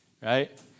Right